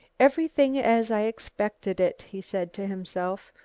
everything as i expected it, he said to himself.